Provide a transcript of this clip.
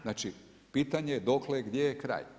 Znači pitanje, dokle, gdje je kraj?